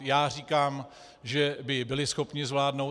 Já říkám, že by byli schopni zvládnout.